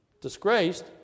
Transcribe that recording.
disgraced